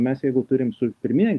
mes jeigu turim su pirmine